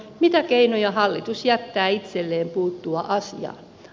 mitä keinoja hallitus jättää itselleen puuttua asiaan